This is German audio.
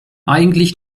eigentlich